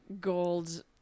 gold